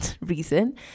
reason